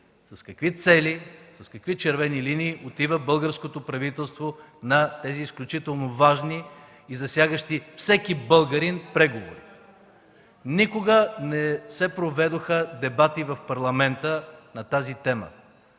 с какви цели, с какви червени линии отива българското правителство на тези изключително важни и засягащи всеки българин преговори? Никога не се проведоха дебати в Парламента на тази тема.